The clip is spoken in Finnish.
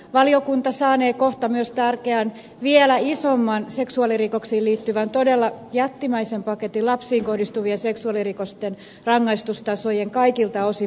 valiokunta saanee kohta myös tärkeän vielä isomman seksuaalirikoksiin liittyvän todella jättimäisen paketin lapsiin kohdistuvien seksuaalirikosten rangaistustasojen merkittävästä korottamisesta kaikilta osin